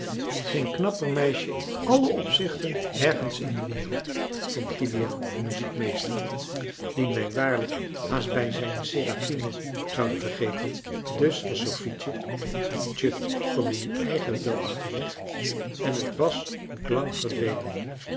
geen knapper meisje in alle opzichten ergens in de wereld vond kiliaan de muziekmeester dien wij waarlijk haast bij zijn serafine zouden vergeten dus was sophietje het tje kon er nu eigenlijk wel achter weg en het wàs ook lang verdwenen